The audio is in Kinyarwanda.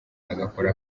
agakora